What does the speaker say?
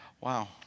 Wow